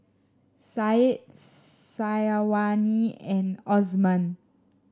Said Syazwani and Osman